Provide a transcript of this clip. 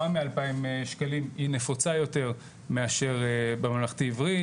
מ-2,000 שקלים היא נפוצה יותר מאשר בממלכתי עברי,